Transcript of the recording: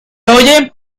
oye